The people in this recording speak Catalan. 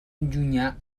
llunyà